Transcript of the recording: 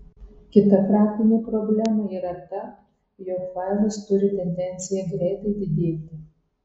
kita praktinė problema yra ta jog failas turi tendenciją greitai didėti